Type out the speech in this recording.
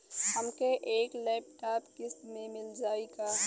हमके एक लैपटॉप किस्त मे मिल जाई का?